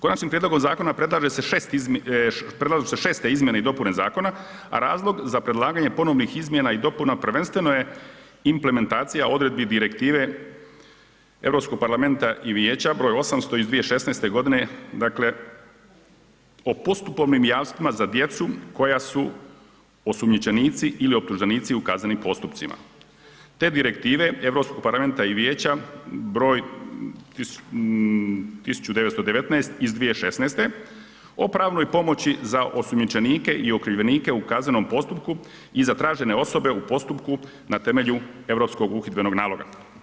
Konačnim prijedlogom zakona predlažu se 6. izmjene i dopune zakona, a razlog za predlaganje ponovnih izmjena i dopuna prvenstveno je implementacija odredbi Direktive EU parlamenta i Vijeća br. 800 iz 2016. godine, dakle o postupovnim jamstvima za djecu koja su osumnjičenici ili optuženici u kaznenim postupcima te Direktive EU parlamenta i Vijeća br. 1919 iz 2016. o pravnoj pomoći za osumnjičenike i okrivljenike u kaznenom postupku i za tražene osobe u postupku na temelju Europskog uhidbenog naloga.